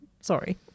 Sorry